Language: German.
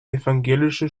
evangelische